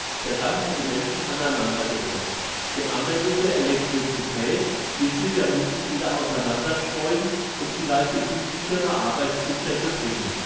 der dampf hat die menschen aneinandergepresst die anwendung der elektricität wird sie vermuthlich wieder auseinander streuen und vielleicht in glücklichere arbeitszustände bringen